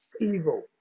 Evil